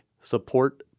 support